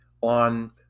on